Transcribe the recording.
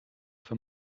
für